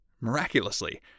Miraculously